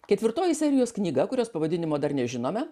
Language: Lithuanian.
ketvirtoji serijos knyga kurios pavadinimo dar nežinome